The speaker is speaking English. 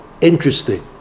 Interesting